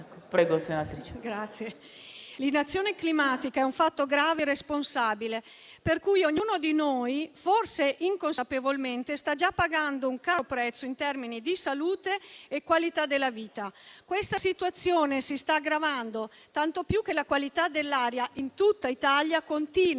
Come dicevo, l'inazione climatica è un fatto grave e irresponsabile per cui ognuno di noi, forse inconsapevolmente, sta già pagando un caro prezzo in termini di salute e qualità della vita. Questa situazione si sta aggravando tanto che la qualità dell'aria in tutta Italia continua